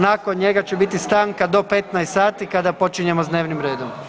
Nakon njega će biti stanka do 15 sati kada počinjemo s dnevnim redom.